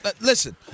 listen